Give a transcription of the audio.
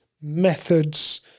methods